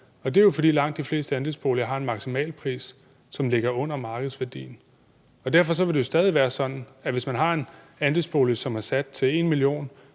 det er jo, fordi langt de fleste andelsboliger har en maksimalpris, som ligger under markedsværdien. Derfor vil det jo stadig være sådan, at hvis man har en andelsbolig, som er sat til 1 mio.